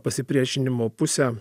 pasipriešinimo pusę